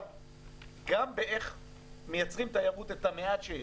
גם באיך מייצרים תיירות, את המעט שיש,